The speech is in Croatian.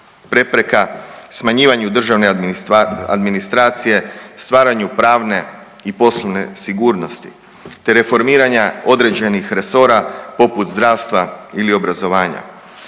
prepreka, smanjivanju državne administracije, stvaranju pravne i poslovne sigurnosti te reformiranja određenih resora poput zdravstva ili obrazovanja.